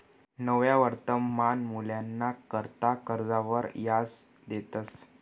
निव्वय वर्तमान मूल्यना करता कर्जवर याज देतंस